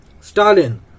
Stalin